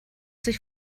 sich